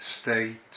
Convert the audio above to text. state